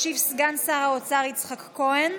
ישיב סגן שר האוצר יצחק כהן.